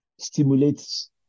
stimulates